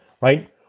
right